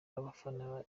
abafana